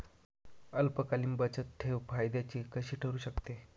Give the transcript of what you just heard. अल्पकालीन बचतठेव फायद्याची कशी ठरु शकते?